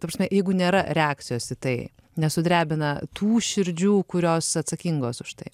ta prasme jeigu nėra reakcijos į tai nesudrebina tų širdžių kurios atsakingos už tai